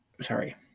sorry